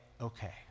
okay